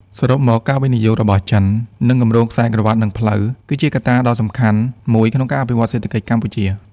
សរុបមក ការវិនិយោគរបស់ចិន និងគម្រោងខ្សែក្រវាត់ និងផ្លូវ គឺជាកត្តាដ៏សំខាន់មួយក្នុងការអភិវឌ្ឍន៍សេដ្ឋកិច្ចកម្ពុជា។